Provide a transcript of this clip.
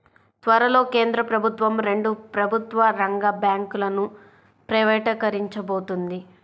త్వరలో కేంద్ర ప్రభుత్వం రెండు ప్రభుత్వ రంగ బ్యాంకులను ప్రైవేటీకరించబోతోంది